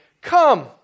Come